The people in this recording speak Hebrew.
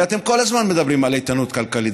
הרי אתם כל הזמן מדברים על איתנות כלכלית.